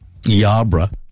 Yabra